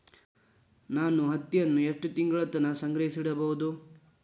ನಾನು ಹತ್ತಿಯನ್ನ ಎಷ್ಟು ತಿಂಗಳತನ ಸಂಗ್ರಹಿಸಿಡಬಹುದು?